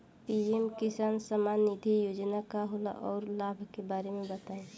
PM Kisan Samman Nidhi योजना का होला औरो लाभ के बारे में बताई?